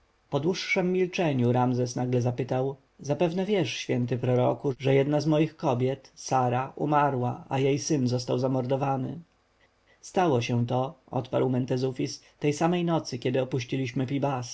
po dłuższem milczeniu ramzes nagle zapytał zapewne wiesz święty proroku że jedna z moich kobiet sara umarła a jej syn został zamordowany stało się to odparł mentezufis tej samej nocy kiedy opuściliśmy